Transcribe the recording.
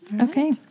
Okay